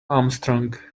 armstrong